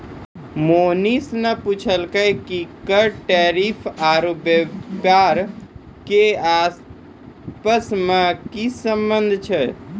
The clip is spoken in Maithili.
मोहनीश ने पूछलकै कि कर टैरिफ आरू व्यापार के आपस मे की संबंध छै